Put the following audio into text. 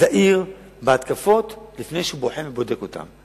זהיר בהתקפות, לפני שהוא בוחן ובודק אותן.